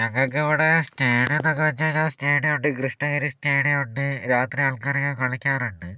ഞങ്ങൾക്കിവിടെ സ്റ്റേഡിയംന്നൊക്കെ വെച്ചുകഴിഞ്ഞാൽ സ്റ്റേഡിയം ഉണ്ട് കൃഷണഗിരി സ്റ്റേഡിയം ഉണ്ട് രാത്രി ആൾക്കാരൊക്കെ കളിക്കാറുണ്ട്